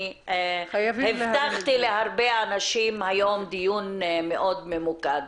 אני הבטחתי להרבה אנשים היום דיון מאוד ממוקד.